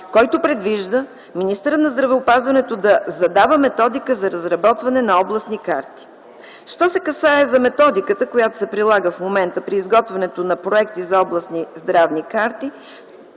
който предвижда министърът на здравеопазването да задава методика за разработване на областни карти. Що се касае за методиката, която се прилага в момента, при изготвянето на проекти за областни здравни карти,